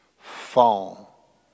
fall